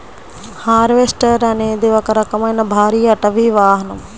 harvester అనేది ఒక రకమైన భారీ అటవీ వాహనం